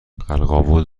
قرقاول